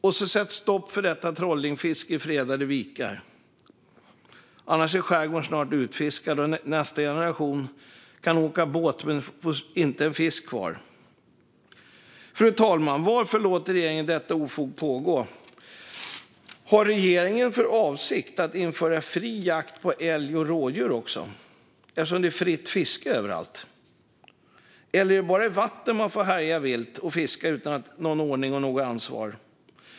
Och sätt stopp för trollingfisket i fredade vikar! Annars blir skärgården snart utfiskad. Nästa generation kan åka båt, men då finns det inte en fisk kvar. Fru talman! Varför låter regeringen detta ofog pågå? Har regeringen för avsikt att införa fri jakt på älg och rådjur också, eftersom det är fritt fiske överallt? Eller är det bara i vatten man får härja vilt och fiska utan någon ordning eller ansvar?